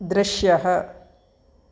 दृश्यः